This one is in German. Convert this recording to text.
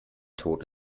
tod